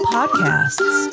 Podcasts